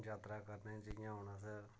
जात्तरा करने जियां हून असें